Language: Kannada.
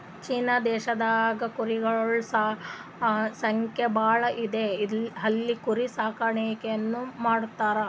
ಚೀನಾ ದೇಶದಾಗ್ ಕುರಿಗೊಳ್ ಸಂಖ್ಯಾ ಭಾಳ್ ಇದ್ದು ಅಲ್ಲಿ ಕುರಿ ಸಾಕಾಣಿಕೆನೂ ಮಾಡ್ತರ್